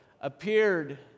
appeared